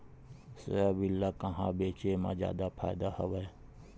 Soybean ल कहां बेचे म जादा फ़ायदा हवय?